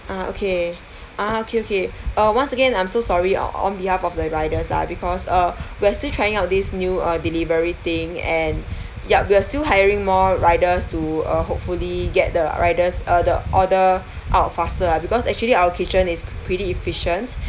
ah okay ah okay okay uh once again I'm so sorry on on behalf of the riders lah because uh we're still trying out this new uh delivery thing and yup we are still hiring more riders to uh hopefully get the riders uh the order out faster ah because actually our kitchen is pretty efficient